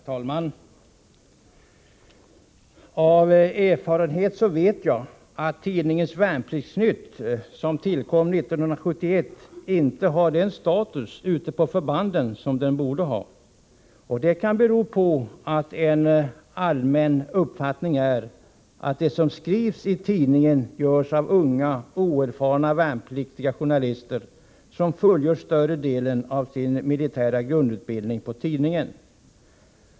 Herr talman! Av erfarenhet vet jag att tidningen Värnpliktsnytt, som tillkom 1971, inte har den status ute på förbanden som den borde ha. Det kan bero på att en allmän uppfattning är att det som skrivs i tidningen sammanställs av unga oerfarna värnpliktiga journalister, som fullgör större delen av sin militära grundutbildning på tidningen.